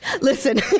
Listen